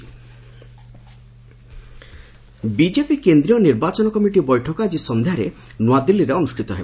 BJP meeting BJP କେନ୍ଦ୍ରୀୟ ନିର୍ବାଚନ committee ବୈଠକ ଆଜି ସନ୍ଧ୍ୟାରେ ନୂଆଦିଲ୍ଲୀରେ ଅନୁଷ୍ଠିତ ହେବ